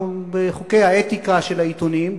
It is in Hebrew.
בחוקי האתיקה של העיתונים,